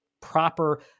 proper